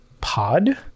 pod